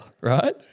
right